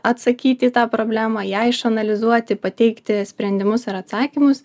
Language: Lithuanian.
atsakyti į tą problemą ją išanalizuoti pateikti sprendimus ar atsakymus